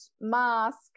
mask